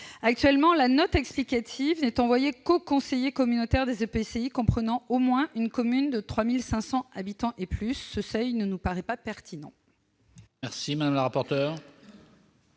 Actuellement, cette note n'est envoyée qu'aux conseillers communautaires des EPCI comprenant au moins une commune de 3 500 habitants ou plus. Ce seuil ne nous paraît pas pertinent.